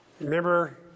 remember